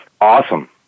Awesome